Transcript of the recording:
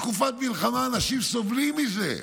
בתקופת מלחמה אנשים סובלים מזה.